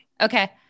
Okay